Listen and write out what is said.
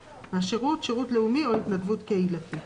"השירות" שירות לאומי או התנדבות קהילתית.